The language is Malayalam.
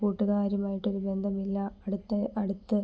കൂട്ടുകാരുമായിട്ട് ഒരു ബന്ധം ഇല്ല അടുത്ത അടുത്ത്